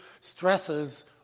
stresses